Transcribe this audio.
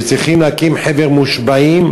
שצריכים להקים חבר מושבעים,